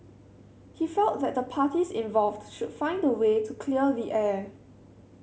he felt that the parties involved should find a way to clear the air